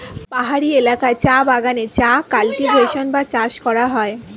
পাহাড়ি এলাকায় চা বাগানে চা কাল্টিভেশন বা চাষ করা হয়